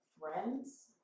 friends